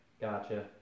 Gotcha